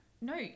No